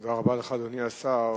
תודה רבה לך, אדוני השר.